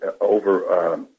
over